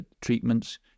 treatments